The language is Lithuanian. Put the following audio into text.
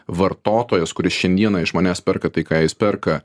vartotojas kuris šiandieną iš manęs perka tai ką jis perka